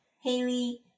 Haley